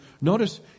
notice